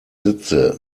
sitze